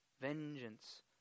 vengeance